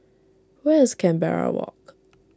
where is Canberra Walk